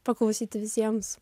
paklausyti visiems